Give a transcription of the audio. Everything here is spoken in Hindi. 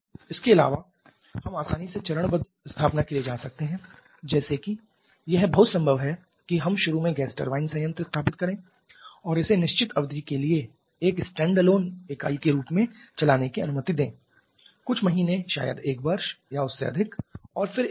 इसके अलावा हम आसानी से चरणबद्ध स्थापना के लिए जा सकते हैं जैसे कि यह बहुत संभव है कि हम शुरू में गैस टरबाइन संयंत्र स्थापित करें और इसे निश्चित अवधि के लिए एक स्टैंडअलोन इकाई के रूप में चलाने की अनुमति दें कुछ महीने शायद एक वर्ष या उससे अधिक और फिर एक बार